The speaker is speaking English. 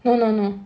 no no no